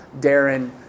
Darren